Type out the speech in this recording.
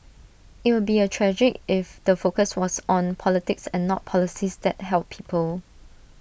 IT would be A tragic if the focus was on politics and not policies that help people